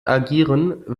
agieren